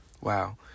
wow